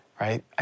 right